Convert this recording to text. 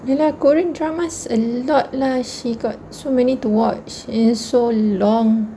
ya lah korean dramas a lot lah she got so many to watch is so long